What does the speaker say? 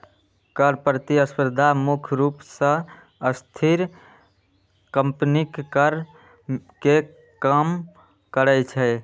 कर प्रतिस्पर्धा मुख्य रूप सं अस्थिर कंपनीक कर कें कम करै छै